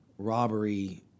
robbery